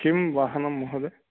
किं वाहनं महोदय